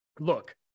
look